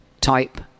type